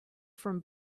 from